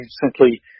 simply